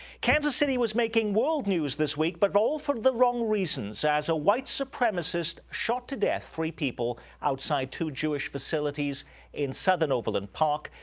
kansas city was making world news this week but all for the wrong reasons as a white supremacist shot to death three people outside two jewish facilities in southern overland park.